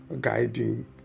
guiding